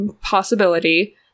possibility